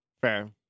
Fair